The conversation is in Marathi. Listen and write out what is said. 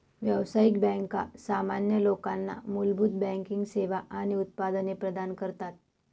व्यावसायिक बँका सामान्य लोकांना मूलभूत बँकिंग सेवा आणि उत्पादने प्रदान करतात